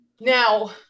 Now